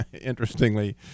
interestingly